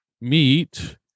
meet